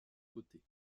côtés